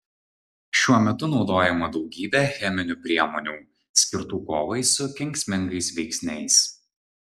šiuo metu naudojama daugybė cheminių priemonių skirtų kovai su kenksmingais veiksniais